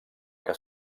que